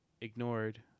ignored